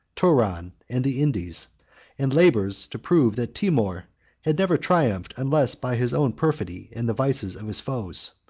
touran, and the indies and labors to prove, that timour had never triumphed unless by his own perfidy and the vices of his foes.